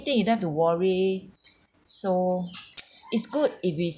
you don't have to worry so it's good if we